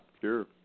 Sure